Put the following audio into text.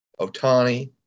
Otani